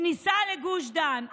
כניסה לגוש דן,